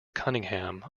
cunningham